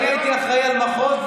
אני הייתי אחראי למחוז.